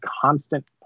constant